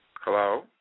Hello